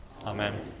Amen